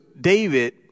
David